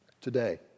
Today